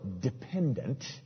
dependent